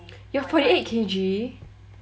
you're forty eight K_G